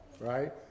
right